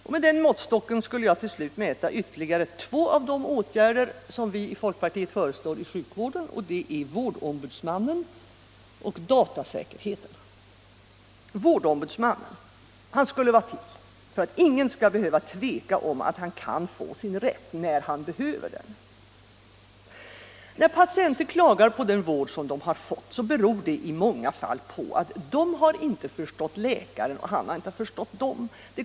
Och med den måttstocken vill jag till slut mäta ytterligare två av de åtgärder som vi i folkpartiet föreslår inom sjukvården: vårdombudsmannen och datasäkerheten. Vårdombudsmannen skulle vara till för att ingen skall behöva tveka om att han kan få sin rätt när han behöver den. När patienter klagar på den vård de har fått beror det i många fall på att de inte har förstått läkaren och han inte dem.